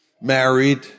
married